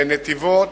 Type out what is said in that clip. נתיבות,